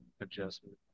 adjustment